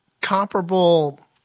comparable